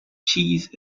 cheese